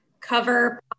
cover